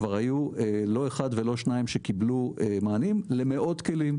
כבר היו לא אחד ולא שניים שקיבלו מענים למאות כלים.